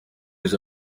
was